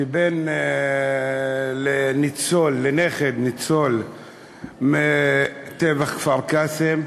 כבן לניצול, נכד לניצול מטבח כפר-קאסם,